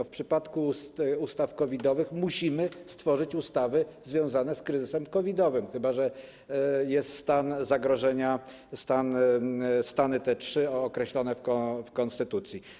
W przypadku ustaw COVID-owych musimy stworzyć ustawy związane z kryzysem COVID-owym, chyba że jest stan zagrożenia, te trzy stany określone w konstytucji.